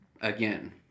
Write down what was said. Again